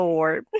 Lord